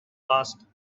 last